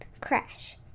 crash